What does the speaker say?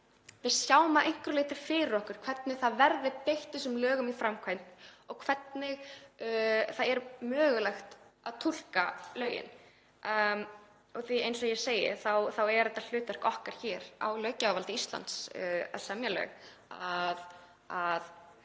við sjáum að einhverju leyti fyrir okkur hvernig þessum lögum verði beitt í framkvæmd og hvernig það er mögulegt að túlka lögin, af því að eins og ég segi þá er þetta hlutverk okkar hér á löggjafarþingi Íslands, að semja lög, að